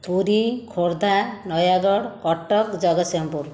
Puri Khordha Nayagarh Cuttack Jagatsinghpur